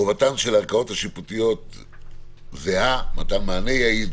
"חובתן של הערכאות השיפוטיות השונות זהה: מתן מענה יעיל,